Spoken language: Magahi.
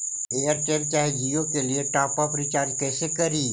एयरटेल चाहे जियो के लिए टॉप अप रिचार्ज़ कैसे करी?